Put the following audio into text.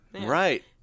Right